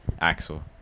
Axel